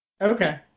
Okay